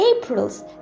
April's